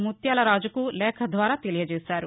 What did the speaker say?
ముత్యాల రాజుకు లేఖ ద్వారా తెలియచేశారు